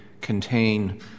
contain